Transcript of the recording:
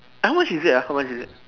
how much is it ah how much is it